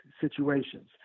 situations